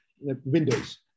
windows